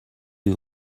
you